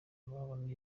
babona